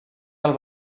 del